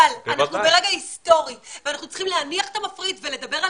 אבל אנחנו ברגע היסטורי ואנחנו צריכים להניח למפריד ולדבר על